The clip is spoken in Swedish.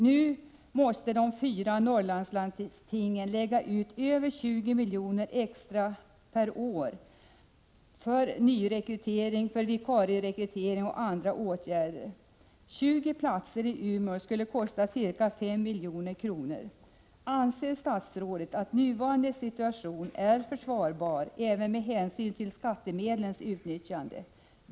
Nu måste de fyra Norrlandslandstingen lägga ut över 20 miljoner extra per år för nyrekrytering, vikarierekrytering och andra åtgärder. 20 platser i Umeå skulle kosta ca 5 milj.kr. Anser statsrådet att nuvarande situation är försvarbar även med hänsyn till skattemedlens nyttjande?